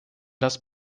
das